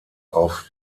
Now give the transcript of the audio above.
auf